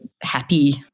happy